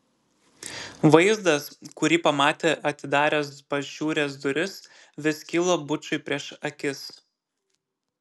vaizdas kurį pamatė atidaręs pašiūrės duris vis kilo bučui prieš akis